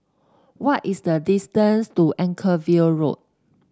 what is the distance to Anchorvale Road